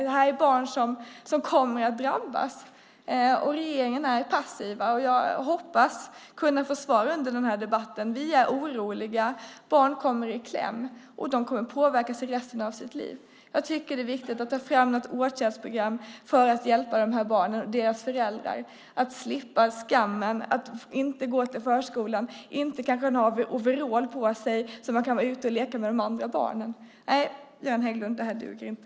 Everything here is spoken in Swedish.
Det är barn som kommer att drabbas, och regeringen är passiv. Jag hoppas kunna få svar under den här debatten. Vi är oroliga. Barn kommer i kläm, och de kommer att påverkas under resten av sina liv. Jag tycker att det är viktigt att ta fram något åtgärdsprogram för att hjälpa de här barnen och deras föräldrar, så att de slipper skammen. När barnen går till förskolan har de kanske inte overall på sig, så att de kan vara ute och leka med de andra barnen. Nej, Göran Hägglund, det här duger inte.